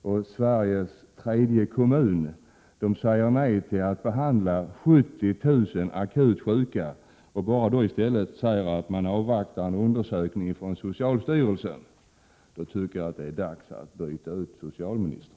Om Sveriges tredje kommun säger nej till att behandla 70 000 akut sjuka, och det statsråd som är ansvarig för sjukvården i Sverige bara säger att man avvaktar en undersökning från socialstyrelsen, då tycker jag att det är dags att byta ut 71 socialministern.